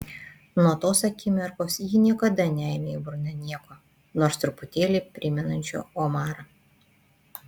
nuo tos akimirkos ji niekada neėmė į burną nieko nors truputėlį primenančio omarą